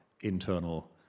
internal